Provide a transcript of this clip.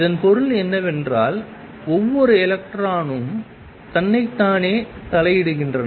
இதன் பொருள் என்னவென்றால் ஒவ்வொரு எலக்ட்ரானும் தன்னைத்தானே தலையிடுகின்றன